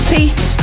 Peace